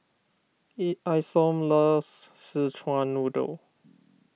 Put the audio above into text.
Isom loves Szechuan Noodle